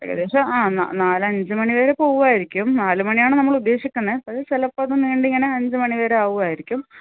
ഏകദേശം ആ ന നാലഞ്ച് മണി വരെ പോവുമായിരിക്കും നാല് മണിയാണ് നമ്മൾ ഉദ്ദേശിക്കുന്നത് അത് ചിലപ്പോൾ അത് നീണ്ടിങ്ങനെ അഞ്ച് മണി വരെ ആവുമായിരിക്കും